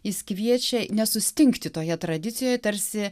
jis kviečia nesustingti toje tradicijoj tarsi